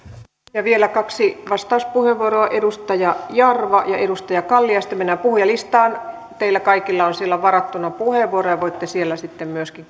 vielä kaksi vastauspuheenvuoroa edustaja jarva ja edustaja kalli ja sitten mennään puhujalistaan teillä kaikilla on siellä varattuna puheenvuoro ja voitte siellä sitten myöskin